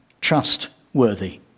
trustworthy